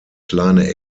kleine